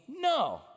no